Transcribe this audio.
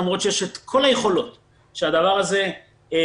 למרות שיש את כל היכולות שהדבר הזה יתבצע.